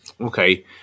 Okay